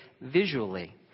visually